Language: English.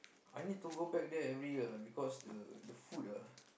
I need to go back there every year ah because the the food ah